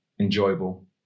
enjoyable